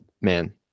man